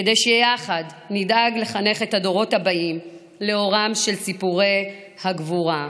כדי שיחד נדאג לחנך את הדורות הבאים לאורם של סיפורי הגבורה.